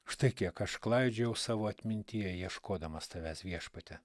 štai kiek aš klaidžiojau savo atmintyje ieškodamas tavęs viešpatie